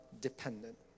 dependent